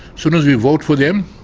soon as we vote for them,